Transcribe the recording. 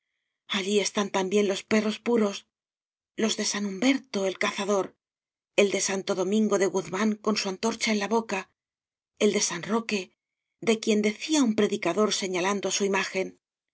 allí están también los perros puros los de san humberto el cazador el de santo domingo de guzmán con su antorcha en la boca el de san roque de quien decía un predicador señalando a su imagen